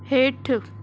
हेठु